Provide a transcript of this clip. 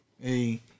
hey